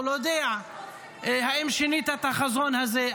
או לא יודע אם שינית את החזון הזה.